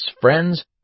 friends